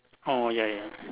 orh ya ya